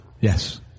Yes